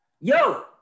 Yo